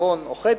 עוון או חטא,